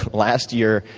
last year,